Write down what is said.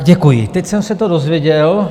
Děkuji, teď jsem se to dozvěděl.